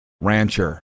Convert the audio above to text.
Rancher